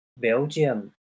Belgium